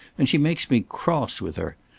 and she makes me cross with her.